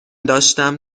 داشتم